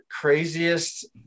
craziest